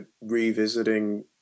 revisiting